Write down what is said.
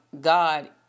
God